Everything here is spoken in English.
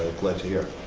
glad to hear.